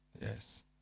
Yes